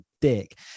dick